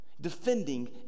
defending